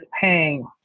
paying